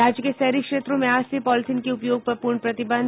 राज्य के शहरी क्षेत्रों में आज से पॉलीथिन के उपयोग पर पूर्ण प्रतिबंध